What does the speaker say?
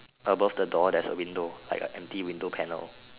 above the door there's a window like a empty window panel